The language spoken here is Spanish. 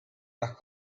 las